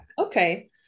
okay